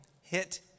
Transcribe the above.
hit